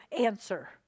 answer